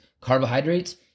Carbohydrates